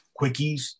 quickies